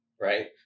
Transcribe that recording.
Right